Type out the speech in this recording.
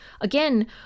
Again